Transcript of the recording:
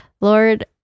lord